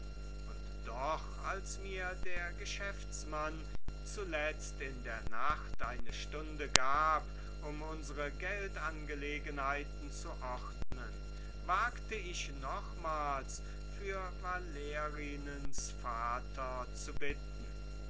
und doch als mir der geschäftsmann zuletzt in der nacht eine stunde gab um unsere geldangelegenheiten zu ordnen wagte ich nochmals für valerinens vater zu bitten